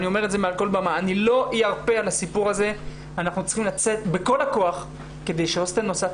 גם לא צריך להיות נוער בסיכון כדי להשתמש בסמים היום,